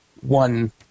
one